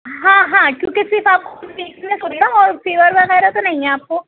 ہاں ہاں کیوںکہ صرف آپ کو ویکنس ہو رہی ہے نہ اور فیور وغیرہ تو نہیں ہے آپ کو